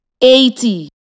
eighty